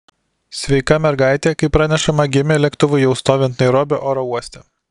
sveika mergaitė kaip pranešama gimė lėktuvui jau stovint nairobio oro uoste